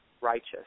righteous